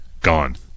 gone